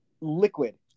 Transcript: liquid